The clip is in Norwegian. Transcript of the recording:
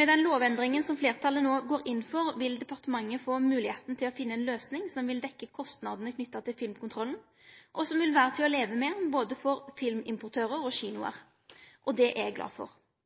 Med den lovendringa som fleirtalet no går inn for, vil departementet få moglegheit til å finne ei løysing som vil dekkje kostnadene knytte til filmkontrollen, og som vil vere til å leve med, både for filmimportørar og kinoar – det er eg glad for.